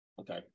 Okay